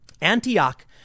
Antioch